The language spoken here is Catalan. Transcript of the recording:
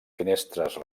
finestres